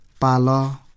palo